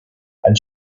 and